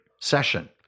session